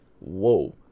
whoa